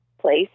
place